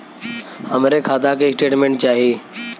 हमरे खाता के स्टेटमेंट चाही?